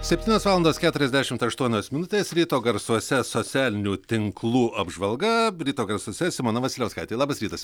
septynios valandos keturiasdešimt aštuonios minutės ryto garsuose socialinių tinklų apžvalga ryto garsuose simona vasiliauskaitė labas rytas